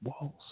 walls